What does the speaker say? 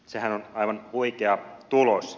sehän on aivan huikea tulos